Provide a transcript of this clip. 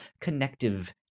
connective